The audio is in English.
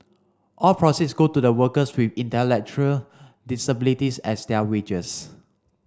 all proceeds go to the workers with intellectual disabilities as their wages